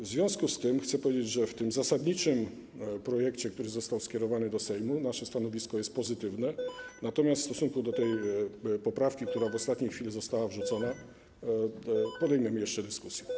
W związku z tym chcę powiedzieć, że w stosunku do tego zasadniczego projektu, który został skierowany do Sejmu, nasze stanowisko jest pozytywne, natomiast w stosunku do tej poprawki, która w ostatniej chwili została wrzucona, podejmiemy jeszcze dyskusję.